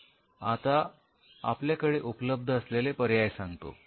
आता आपल्याकडे उपलब्ध असलेले पर्याय सांगतो